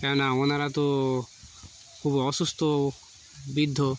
কেননা ওনারা তো খুব অসুস্থ বৃদ্ধ